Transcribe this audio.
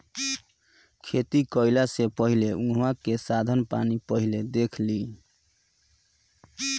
खेती कईला से पहिले उहाँ के साधन पानी पहिले देख लिहअ